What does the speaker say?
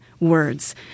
words